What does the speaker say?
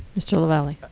mr. lavalley.